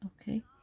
okay